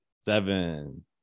seven